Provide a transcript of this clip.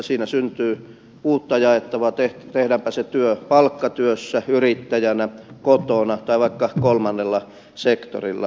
siinä syntyy uutta jaettavaa tehdäänpä se työ palkkatyössä yrittäjänä kotona tai vaikka kolmannella sektorilla